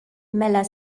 mela